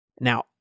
Now